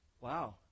wow